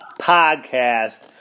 podcast